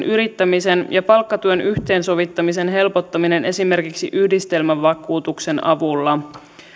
yrittämisen ja palkkatuen yhteensovittamisen helpottaminen esimerkiksi yhdistelmävakuutuksen avulla